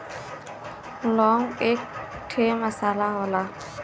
लौंग एक ठे मसाला होला